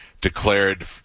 declared